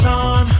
on